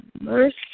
mercy